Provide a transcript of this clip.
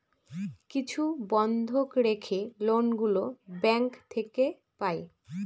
কিছু বন্ধক রেখে লোন গুলো ব্যাঙ্ক থেকে পাই